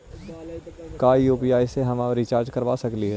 का यु.पी.आई से हम रिचार्ज करवा सकली हे?